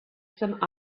some